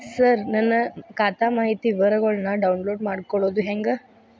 ಸರ ನನ್ನ ಖಾತಾ ಮಾಹಿತಿ ವಿವರಗೊಳ್ನ, ಡೌನ್ಲೋಡ್ ಮಾಡ್ಕೊಳೋದು ಹೆಂಗ?